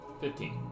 Fifteen